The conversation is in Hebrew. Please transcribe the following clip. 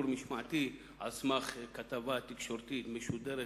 משמעתי על סמך כתבה תקשורתית משודרת,